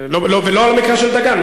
ולא על המקרה של דגן,